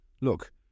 Look